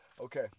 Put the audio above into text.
Okay